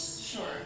Sure